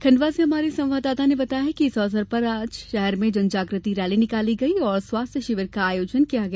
खंडवा से हमारे संवाददाता ने बताया है कि इस अवसर पर आज शहर में जनजाग्रति रैली निकाली गई और स्वास्थ्य शिविर का आयोजन किया गया